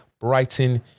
Brighton